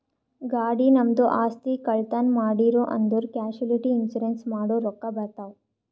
ಗಾಡಿ, ನಮ್ದು ಆಸ್ತಿ, ಕಳ್ತನ್ ಮಾಡಿರೂ ಅಂದುರ್ ಕ್ಯಾಶುಲಿಟಿ ಇನ್ಸೂರೆನ್ಸ್ ಮಾಡುರ್ ರೊಕ್ಕಾ ಬರ್ತಾವ್